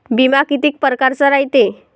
बिमा कितीक परकारचा रायते?